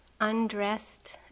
undressed